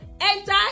enter